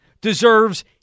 deserves